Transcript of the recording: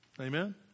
Amen